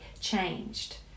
changed